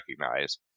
recognize